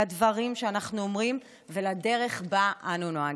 לדברים שאנחנו אומרים ולדרך שבה אנו נוהגים,